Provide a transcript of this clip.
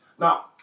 Now